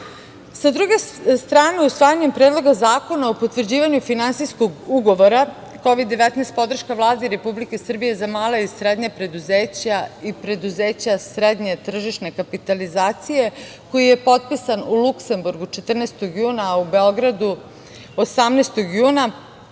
druge strane, usvajanjem Predloga zakona o potvrđivanju finansijskog ugovora Kovid 19 – podrška Vlade Republike Srbije za mala i srednja preduzeća, i preduzeća srednje tržišne kapitalizacije, koji je potpisan u Luksemburgu, 14. juna, a u Beogradu 18. juna,